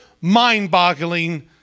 mind-boggling